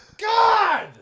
God